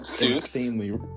insanely